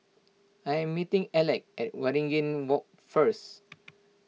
I am meeting Alec at Waringin Walk first